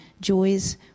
joys